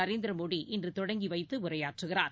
Narendra Modi இன்றுதொடங்கிவைத்துஉரையாற்றுகிறார்